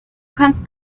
kannst